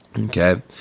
Okay